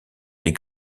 les